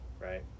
right